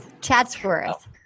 chatsworth